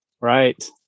Right